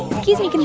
excuse me. good